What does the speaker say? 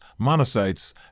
monocytes